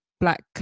black